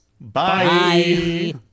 Bye